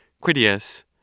Critias